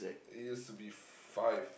it used to be five